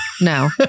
no